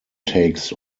takes